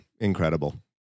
Incredible